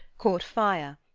caught fire,